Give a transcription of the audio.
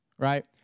Right